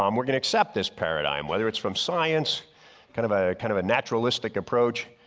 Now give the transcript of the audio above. um we're gonna accept this paradigm. whether it's from science kind of a kind of a naturalistic approach